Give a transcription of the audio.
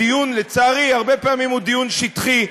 הדיון, לצערי, הרבה פעמים הוא דיון שטחי.